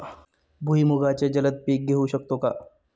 भुईमुगाचे जलद पीक घेऊ शकतो का?